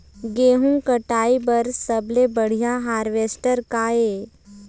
गेहूं कटाई बर सबले बढ़िया हारवेस्टर का ये?